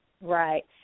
Right